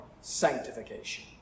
sanctification